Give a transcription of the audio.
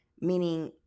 meaning